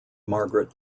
margaret